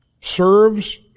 serves